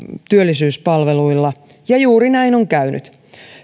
työllisyyspalveluilla ja juuri näin on käynyt